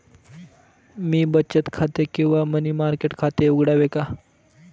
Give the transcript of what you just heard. मी बचत खाते किंवा मनी मार्केट खाते उघडावे का?